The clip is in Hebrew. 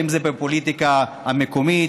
אם זה בפוליטיקה המקומית,